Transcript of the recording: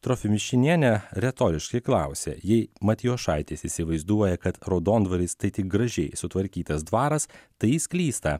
torfimišinienė retoriškai klausia jei matijošaitis įsivaizduoja kad raudondvaris tai tik gražiai sutvarkytas dvaras tai jis klysta